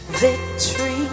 victory